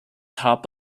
top